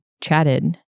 chatted